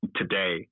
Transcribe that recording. today